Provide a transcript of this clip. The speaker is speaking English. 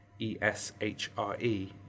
ESHRE